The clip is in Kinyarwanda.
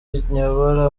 nyobora